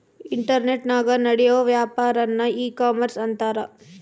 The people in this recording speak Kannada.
ಇಂಟರ್ನೆಟನಾಗ ನಡಿಯೋ ವ್ಯಾಪಾರನ್ನ ಈ ಕಾಮರ್ಷ ಅಂತಾರ